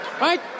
Right